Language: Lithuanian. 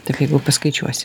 taip jeigu paskaičiuosi